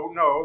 no